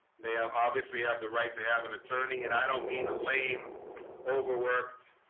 they obviously have the right to have an attorney, and i don't mean a lame overworked